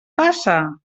passa